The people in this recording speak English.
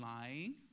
lying